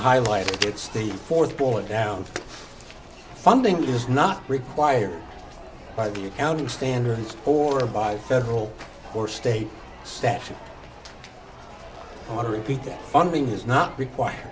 highlight it's the fourth bullet down funding is not required by the accounting standards or by federal or state statute ordering pizza funding has not require